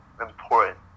important